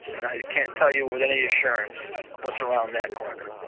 and i can't tell you with any assurance what's around that corner.